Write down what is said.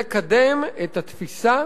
ולקדם את התפיסה